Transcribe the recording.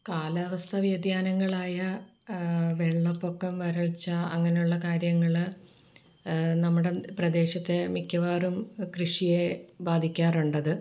കാലാവസ്ഥ വ്യതിയാനങ്ങളായ വെള്ളപ്പൊക്കം വരൾച്ച അങ്ങനെയുള്ള കാര്യങ്ങള് നമ്മുടെ പ്രദേശത്തെ മിക്കവാറും കൃഷിയെ ബാധിക്കാറുണ്ടത്